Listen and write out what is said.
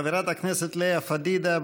חברת הכנסת לאה פדידה,